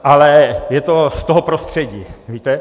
Ale je to z toho prostředí, víte.